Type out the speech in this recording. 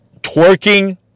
twerking